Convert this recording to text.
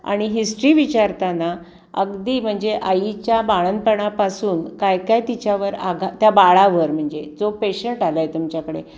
आणि हिस्ट्री विचारताना अगदी म्हणजे आईच्या बाळंतपणापासून काय काय तिच्यावर आघा त्या बाळावर म्हणजे जो पेशंट आला आहे तुमच्याकडे